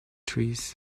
trees